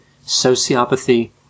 sociopathy